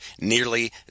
nearly